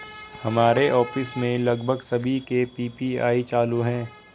हमारे ऑफिस में लगभग सभी के पी.पी.आई चालू है